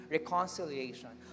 reconciliation